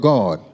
God